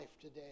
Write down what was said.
today